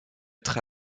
être